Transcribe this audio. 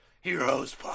Heroes